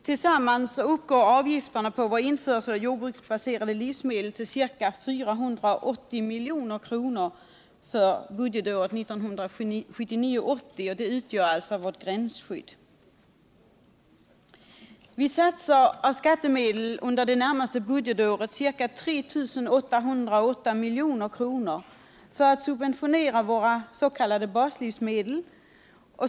Tillsammans uppgår avgifterna på vår införsel av jordbruksbaserade livsmedel till ca 480 milj.kr. för 1979/80, och det utgör alltså vårt gränsskydd. Vi satsar av skattemedel under det närmaste budgetåret ca 3 808 milj.kr. för att subventionera våra s.k. baslivsmedel.